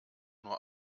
nur